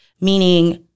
meaning